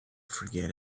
forget